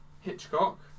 Hitchcock